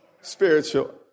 spiritual